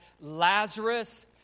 Lazarus